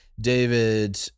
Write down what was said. David